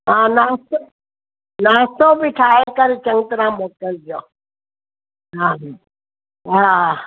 हां नास्तो नास्तो बि ठाहे करे चङी तरह मोकिलिजो हा ह हा